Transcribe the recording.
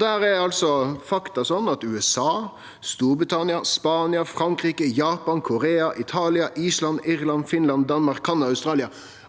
Der er altså fakta at USA, Storbritannia, Spania, Frankrike, Japan, Korea, Italia, Island, Irland, Finland, Danmark, Canada og Australia